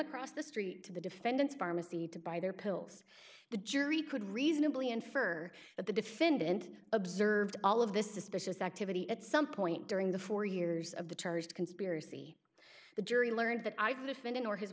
across the street to the defendant's pharmacy to buy their pills the jury could reasonably infer that the defendant observed all of this suspicious activity at some point during the four years of the terrorist conspiracy the jury learned that i could fit in or his